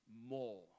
more